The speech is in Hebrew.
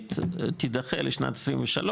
השלישית תידחה לשנת 2023,